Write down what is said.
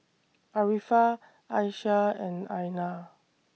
Arifa Aisyah and Aina